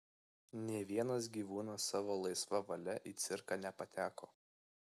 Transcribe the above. nė vienas gyvūnas savo laisva valia į cirką nepateko